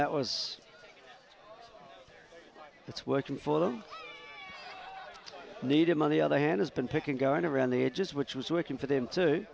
that was it's working for them needed money other hand has been picking going around the edges which was working for them to